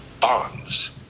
bonds